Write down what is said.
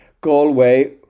Galway